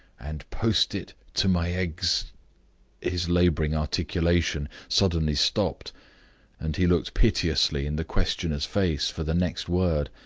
and post it to my ex his laboring articulation suddenly stopped and he looked piteously in the questioner's face for the next word.